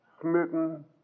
smitten